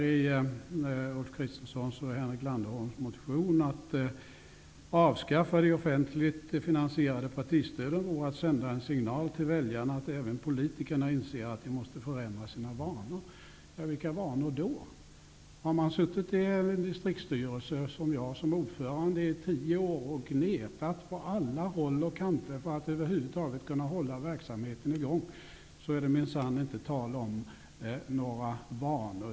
I Ulf Kristerssons och Henrik Landerholms motion står det: ''Att avskaffa de offentligt finansierade partistöden vore att sända en signal till väljarna att även politikerna inser att de måste förändra sina vanor''. Vilka vanor då? Om man som jag i tio år har suttit som ordförande i en distriktsstyrelse och gnetat på alla håll och kanter för att över huvud taget kunna hålla verksamheten i gång, är det minsann inte tal om några vanor.